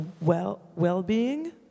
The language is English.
well-being